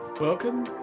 Welcome